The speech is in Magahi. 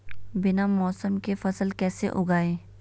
बिना मौसम के फसल कैसे उगाएं?